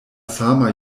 sama